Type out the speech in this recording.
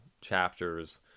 chapters